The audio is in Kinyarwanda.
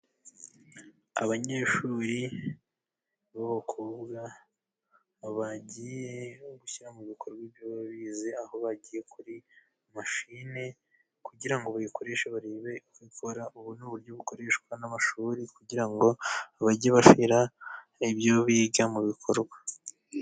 Abanyeshuri b'abakobwa. Bagiye gushyira mu bikorwa ibyo bize, Aho bagiye kuri mashine ,kugira ngo bayikoreshe barebe uburyo bukoreshwa n'amashuri. Kugira ngo bajye bashyira ibyo biga mu bikorwa.